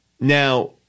Now